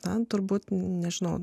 ten turbūt nežinau